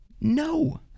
No